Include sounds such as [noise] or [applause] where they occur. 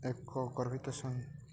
ଏକ [unintelligible]